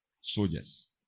soldiers